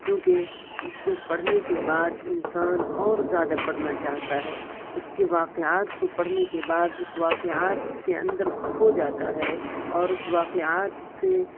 چونکہ اس کو پڑھنے کے بعد انسان اور زیادہ پڑھنا چاہتا ہے اس کے واقعات کو پڑھنے کے بعد اس واقعات کے اندر کھو جاتا ہے اور اس واقعات سے